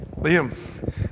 Liam